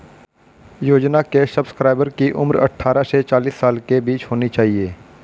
योजना के सब्सक्राइबर की उम्र अट्ठारह से चालीस साल के बीच होनी चाहिए